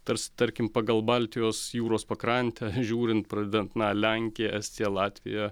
tarsi tarkim pagal baltijos jūros pakrantę žiūrint pradedant na lenkija estija latvija